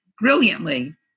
brilliantly